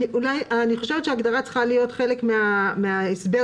אני חושבת שההגדרה צריכה להיות חלק מן ההסבר